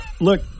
Look